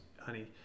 honey